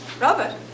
Robert